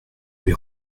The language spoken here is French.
lui